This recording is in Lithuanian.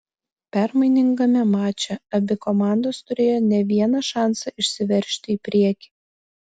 permainingame mače abi komandos turėjo ne vieną šansą išsiveržti į priekį